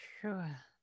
Sure